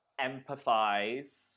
empathize